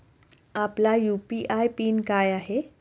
आपला UPI PIN काय आहे?